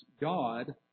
God